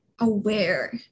Aware